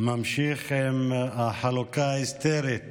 ממשיך עם החלוקה ההיסטרית